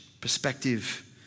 perspective